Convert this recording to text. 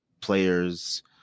players